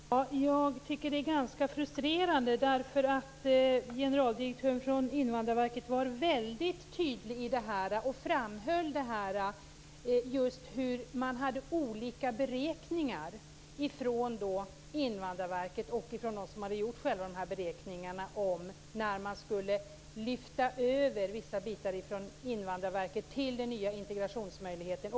Fru talman! Jag tycker att det här är ganska frustrerande. Generaldirektören för Invandrarverket var väldigt tydlig. Hon framhöll just hur Invandrarverket och de som gjort själva beräkningarna hade räknat olika i fråga om de pengar som skulle följa med då man lyfter över vissa bitar från Invandrarverket till den nya integrationsmyndigheten.